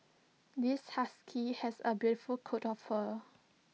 this husky has A beautiful coat of fur